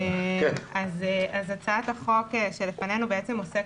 הצעת החוק שלפנינו עוסקת